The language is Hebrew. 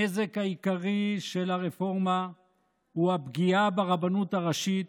הנזק העיקרי של הרפורמה הוא הפגיעה ברבנות הראשית